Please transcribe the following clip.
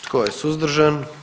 Tko je suzdržan?